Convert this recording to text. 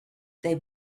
they